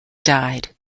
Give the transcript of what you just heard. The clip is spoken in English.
died